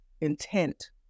intent